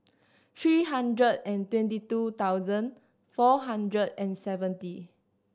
three hundred and twenty two thousand four hundred and seventy